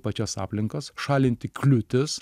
pačias aplinkas šalinti kliūtis